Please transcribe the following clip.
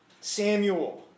Samuel